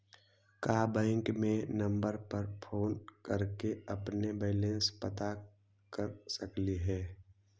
का बैंक के नंबर पर फोन कर के अपन बैलेंस पता कर सकली हे?